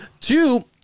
two